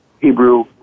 Hebrew